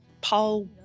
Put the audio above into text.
Paul